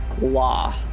law